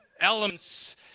elements